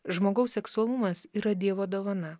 žmogaus seksualumas yra dievo dovana